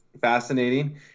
fascinating